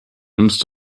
nimmst